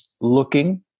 looking